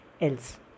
else